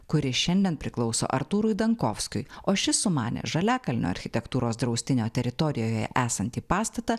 kuri šiandien priklauso artūrui dankovskiui o šis sumanė žaliakalnio architektūros draustinio teritorijoje esantį pastatą